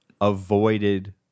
avoided